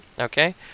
okay